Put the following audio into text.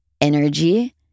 energy